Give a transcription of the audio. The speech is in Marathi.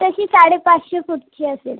तशी साडेपाचशे फूटची असेल